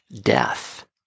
death